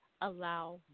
allow